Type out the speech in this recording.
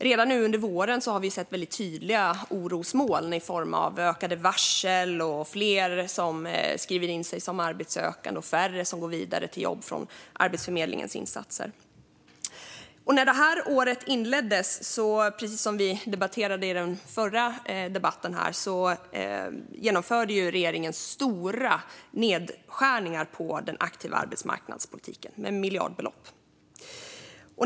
Redan nu under våren har vi sett tydliga orosmoln i form av ökade varsel och fler som skriver in sig som arbetssökande och färre som går vidare till jobb från Arbetsförmedlingens insatser. När det här året inleddes, precis som framgått av den tidigare debatten, genomförde regeringen stora nedskärningar på den aktiva arbetsmarknadspolitiken med miljardbelopp.